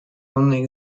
only